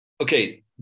Okay